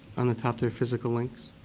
on the top there, physical links.